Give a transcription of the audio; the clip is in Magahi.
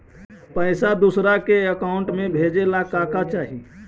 पैसा दूसरा के अकाउंट में भेजे ला का का चाही?